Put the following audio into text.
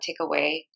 takeaway